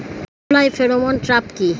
Fruit fly pheromone trap কি?